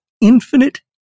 Infinite